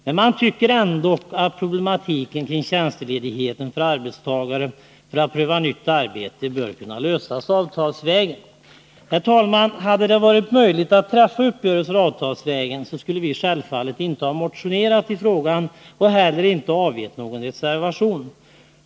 Men man tycker ändå att problemet bör kunna lösas avtalsvägen. Herr talman! Hade det varit möjligt att träffa uppgörelse avtalsvägen, skulle vi självfallet inte ha motionerat i frågan.